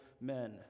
men